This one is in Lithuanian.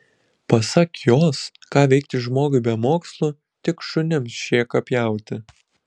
pasak jos ką veikti žmogui be mokslų tik šunims šėką pjauti